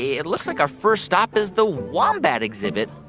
it looks like our first stop is the wombat exhibit.